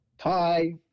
Hi